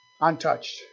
Untouched